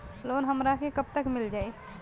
Loan हमरा के कब तक मिल जाई?